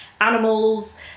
animals